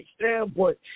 standpoint